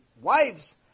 wives